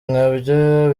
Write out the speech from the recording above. nkabyo